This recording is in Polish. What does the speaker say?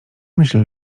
myśl